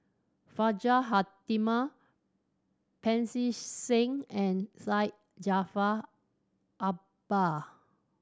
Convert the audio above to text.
Hajjah Fatimah Pancy Seng and Syed Jaafar Albar